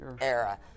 era